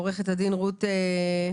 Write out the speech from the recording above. עורכת דין רות פרמינגר,